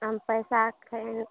हम पैसा अखन